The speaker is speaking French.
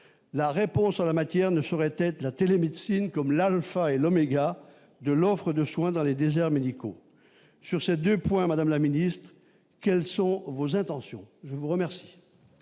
la réponse en la matière ne saurait être la télémédecine comme l'Alpha et l'oméga de l'offre de soin dans les déserts médicaux sur ces 2 points, Madame la Ministre, quelles sont vos intentions, je vous remercie.